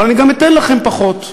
אבל אני גם אתן לכם פחות.